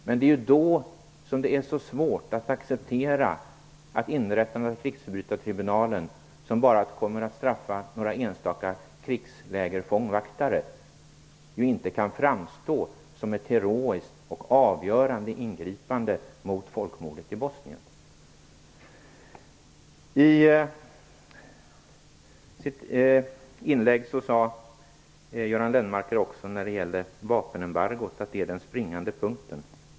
Men det är ju därför det är så svårt att acceptera att inrättandet av krigsförbrytartribunalen, som bara kommer att straffa några enstaka fångvaktare vid krigsläger, inte kan framstå som ett heroiskt och avgörande ingripande mot folkmordet i I sitt inlägg sade också Göran Lennmarker att vapenembargot är den springande punkten.